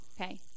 okay